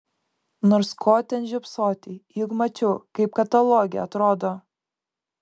nors ko ten žiopsoti juk mačiau kaip kataloge atrodo